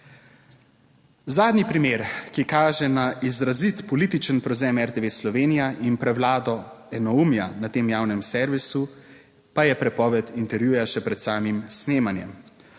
Zadnji primer, ki kaže na izrazito političen prevzem RTV Slovenija in prevlado enoumja na tem javnem servisu, pa je prepoved intervjuja še pred samim snemanjem.